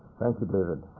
thank you, david.